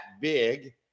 big